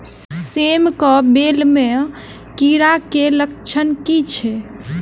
सेम कऽ बेल म कीड़ा केँ लक्षण की छै?